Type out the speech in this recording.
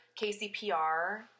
KCPR